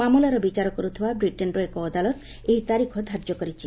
ମାମଲାର ବିଚାର କରୁଥିବା ବ୍ରିଟେନ୍ର ଏକ ଅଦାଲତ ଏହି ତାରିଖ ଧାର୍ଯ୍ୟ କରିଛି